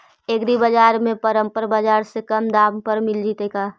एग्रीबाजार में परमप बाजार से कम दाम पर मिल जैतै का?